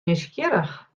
nijsgjirrich